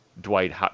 Dwight